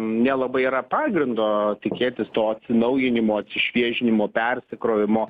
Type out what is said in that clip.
nelabai yra pagrindo tikėtis to atsinaujinimo atsišviežinimo persikrovimo